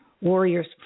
warriors